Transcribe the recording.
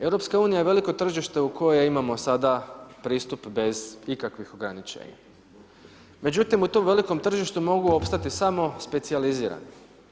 EU je veliko tržište u koje imamo pristup bez ikakvih ograničenja, međutim u tom velikom tržištu mogu opstati samo specijalizirani.